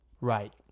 right